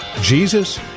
Jesus